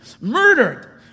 murdered